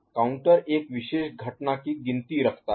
counter एक विशेष घटना की गिनती रखता है